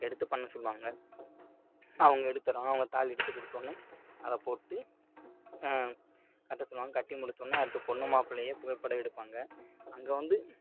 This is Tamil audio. எடுத்து பண்ண சொல்லுவாங்க அவங்க எடுத்து தருவாங்க அவங்க தாலி எடுத்து கொடுத்தோன்னையே அதை போட்டு கட்டச்சொல்லுவாங்க கட்டி முடித்தோன்னே அடுத்து பொண்ணு மாப்பிளையை புகைப்படம் எடுப்பாங்க அங்கே வந்து